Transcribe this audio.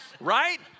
right